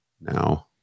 now